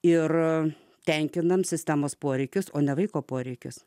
ir tenkiname sistemos poreikius o ne vaiko poreikius